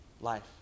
life